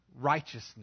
righteousness